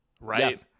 right